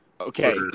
Okay